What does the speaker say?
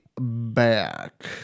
back